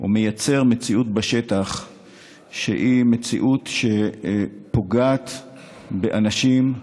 או מייצר בשטח מציאות שפוגעת באנשים,